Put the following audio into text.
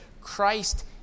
Christ